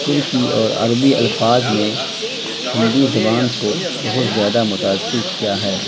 ترکی اور عربی الفاظ نے ہندی زبان کو بہت زیادہ متاثر کیا ہے